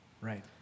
Right